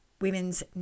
Women's